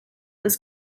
was